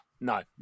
no